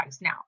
now